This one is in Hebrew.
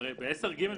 מכיוון ש-10(ג)